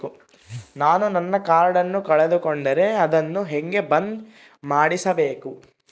ನಾನು ನನ್ನ ಕಾರ್ಡನ್ನ ಕಳೆದುಕೊಂಡರೆ ಅದನ್ನ ಹೆಂಗ ಬಂದ್ ಮಾಡಿಸಬೇಕು?